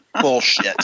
bullshit